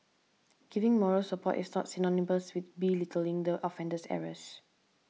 giving moral support is not synonymous with belittling the offender's errors